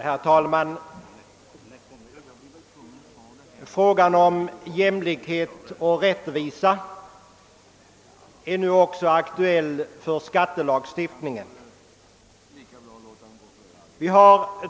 Herr talman! Frågan om jämlikhet och rättvisa är nu också aktuell i fråga om skattelagstiftningen.